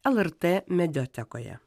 lrt mediotekoje